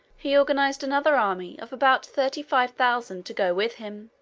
he organized another army of about thirty-five thousand to go with him.